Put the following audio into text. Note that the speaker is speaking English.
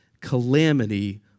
Calamity